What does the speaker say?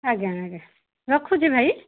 ଆଜ୍ଞା ଆଜ୍ଞା ରଖୁଛି ଭାଇ